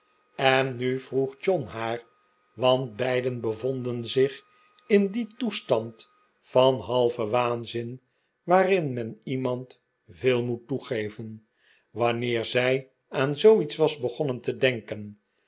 en nu vroeg john haar want beiden bevonden zich in dien toestand van halven waanzin waarin men iemand veel moet toegeven wanneer z ij aan zooiets was begonnen te denken